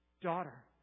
Daughter